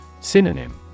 Synonym